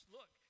Look